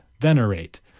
venerate